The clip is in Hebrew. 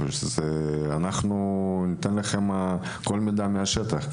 אנחנו ניתן לכם את כל המידע מהשטח.